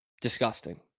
Disgusting